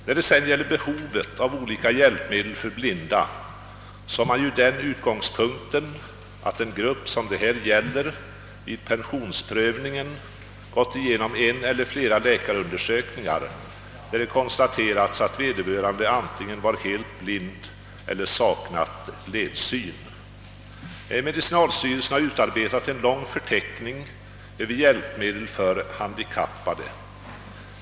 — När det sedan gäller behovet av olika hjälpmedel för blinda har man utgångspunkten att den grupp det här gäller vid pensionsprövningen underkastats en eller flera läkarundersökningar, där det konstaterats att vederbörande antingen var helt blind eller saknade ledsyn. Medicinalstyrelsen har utarbetat en lång förteckning över hjälpmedel för handikappade.